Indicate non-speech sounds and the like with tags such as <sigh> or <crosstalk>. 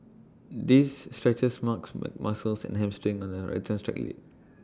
this stretches marks but muscles and hamstring on the <unintelligible> leg